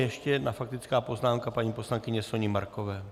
Ještě jedna faktická poznámka paní poslankyně Soni Markové.